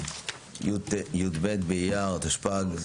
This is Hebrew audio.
י"ב באייר התשפ"ג,